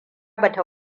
bata